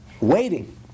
Waiting